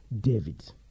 David